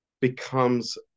becomes